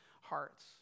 hearts